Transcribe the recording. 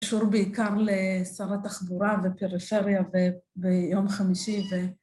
‫קשור בעיקר לשר החבורה ‫ופרפריה ביום חמישי,